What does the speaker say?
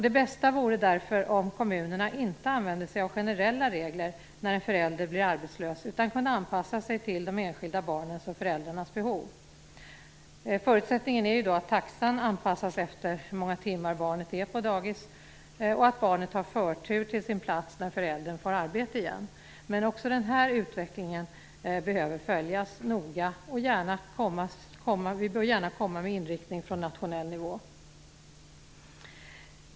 Det bästa vore därför om kommunerna inte använde sig av generella regler när en förälder blir arbetslös utan kunde anpassa sig till de enskilda barnens och föräldrarnas behov. Förutsättningen är att taxan anpassas efter hur många timmar barnet är på dagis och att barnet har förtur till sin plats när föräldern får arbete igen. Men också den här utvecklingen behöver följas noga. Vi bör gärna komma med en inriktning från nationell nivå.